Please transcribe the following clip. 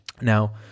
Now